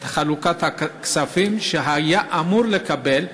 את הכספים שהיה אמור לקבל.